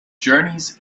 journeys